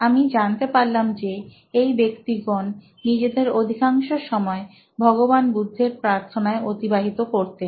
আমি জানতে পারলাম যে এই ব্যক্তিগণ নিজেদের অধিকাংশ সময় ভগবান বুদ্ধের প্রার্থনায় অতিবাহিত করতেন